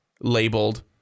labeled